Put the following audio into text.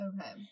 Okay